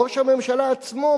ראש הממשלה עצמו,